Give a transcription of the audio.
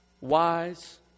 wise